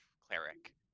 cleric